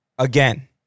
Again